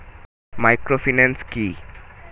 Microfinance কি?